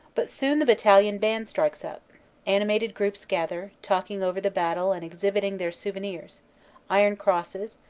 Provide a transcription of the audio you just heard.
but soon the battalion band strikes up animated groups gather, talking over the battle and exhibiting their souvenirs iron-crosses,